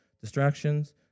distractions